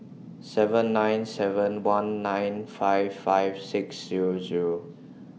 seven nine seven one nine five five six Zero Zero